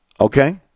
Okay